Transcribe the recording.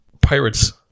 Pirates